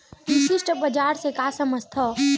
विशिष्ट बजार से का समझथव?